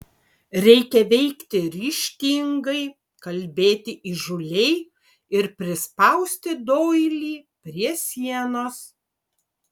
reikia veikti ryžtingai kalbėti įžūliai ir prispausti doilį prie sienos